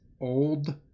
old